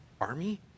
army